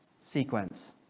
sequence